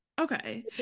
Okay